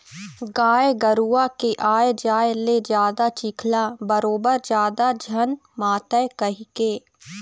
गाय गरूवा के आए जाए ले जादा चिखला बरोबर जादा झन मातय कहिके